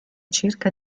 cerca